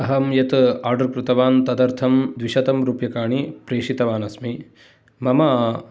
अहं यत् आर्डर् कृतवान् तदर्थं द्विशतम् रूप्यकाणि प्रेषितवान् अस्मि मम